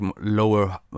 lower